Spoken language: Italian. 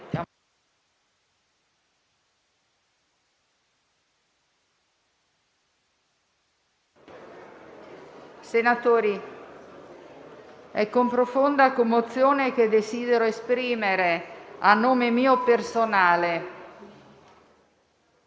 Senatori, è con profonda commozione che desidero esprimere a nome mio personale